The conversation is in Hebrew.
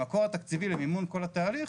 המקור התקציבי למימון כל התהליך,